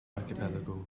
archipelago